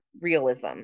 realism